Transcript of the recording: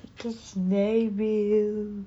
because very real